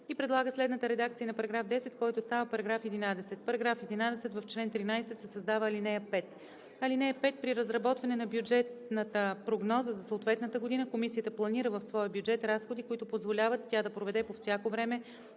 и предлага следната редакция на § 10, който става §11: § 11. В чл. 13 се създава ал. 5: „(5) При разработване на бюджетната прогноза за съответната година комисията планира в своя бюджет разходи, които позволяват тя да проведе по всяко време